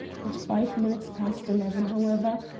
at five minutes past eleven, however,